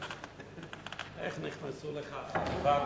איך נכנסו, בישיבות,